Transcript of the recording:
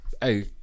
Hey